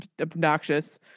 obnoxious